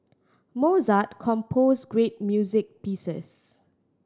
Mozart composed great music pieces